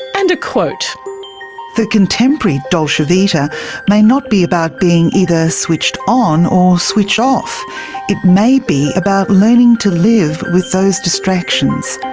and a quote the contemporary dolce vita may not be about being either switched on or switched off off it may be about learning to live with those distractions.